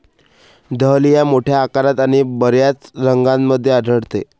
dahlia मोठ्या आकारात आणि बर्याच रंगांमध्ये आढळते